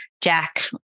Jack